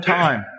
time